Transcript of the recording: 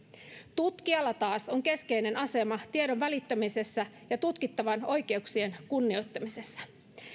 tutkijalla taas on keskeinen asema tiedon välittämisessä ja tutkittavan oikeuksien kunnioittamisessa